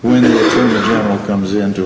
when it comes in to